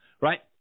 right